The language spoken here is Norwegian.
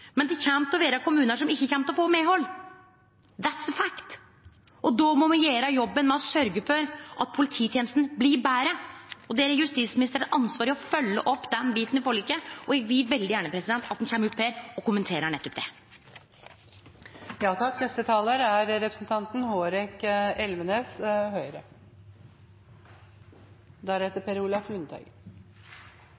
Men det kjem til å vere kommunar som ikkje kjem til å få medhald – «that’s the fact» – og då må me gjere jobben med å sørgje for at polititenesta blir betre. Der har justisministeren eit ansvar i å følgje opp den biten i forliket, og eg vil veldig gjerne at han kjem opp her og kommenterer nettopp det. Jeg føler meg kallet til å komplettere representanten